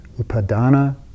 Upadana